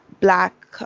black